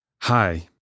Hi